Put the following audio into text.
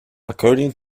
according